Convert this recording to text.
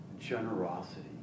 Generosity